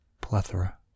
Plethora